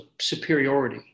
superiority